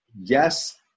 yes